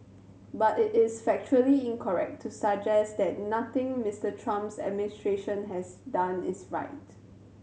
but it is factually incorrect to suggest that nothing Mister Trump's administration has done is right